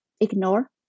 ignore